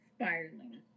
spiraling